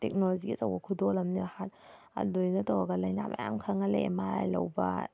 ꯇꯦꯛꯅꯣꯂꯣꯖꯤꯒꯤ ꯑꯆꯧꯕ ꯈꯨꯗꯣꯜ ꯑꯝꯅꯦ ꯍꯥꯔꯠ ꯑꯗꯨꯃꯥꯏꯅ ꯇꯧꯔꯒ ꯂꯩꯅꯥ ꯃꯌꯥꯝ ꯈꯪꯍꯜꯂꯦ ꯑꯦꯝ ꯃꯥ ꯔꯥꯏ ꯂꯧꯕ